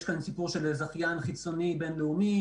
כאן סיפור של זכיין חיצוני בין-לאומי,